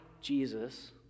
Jesus